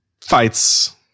fights